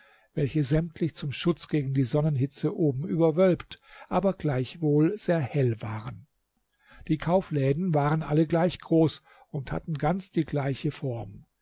welche sämtlich zum schutz gegen die sonnenhitze oben überwölbt aber gleichwohl sehr hell waren die kaufläden waren alle gleich groß und hatten ganz die gleiche form